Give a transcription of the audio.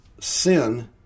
sin